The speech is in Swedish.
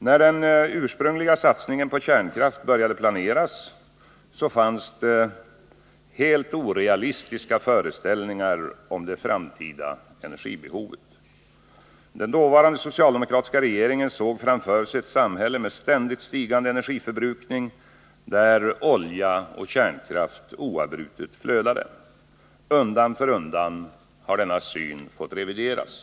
När den ursprungliga satsningen på kärnkraft började planeras fanns helt orealistiska föreställningar om det framtida energibeho vet. Den dåvarande socialdemokratiska regeringen såg framför sig ett samhälle med ständigt stigande energiförbrukning, där olja och kärnkraft oavbrutet flödade. Undan för undan har denna syn fått revideras.